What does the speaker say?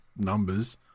numbers